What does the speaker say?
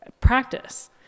practice